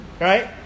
right